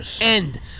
end